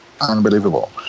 unbelievable